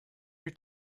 your